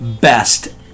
best